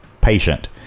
patient